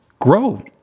grow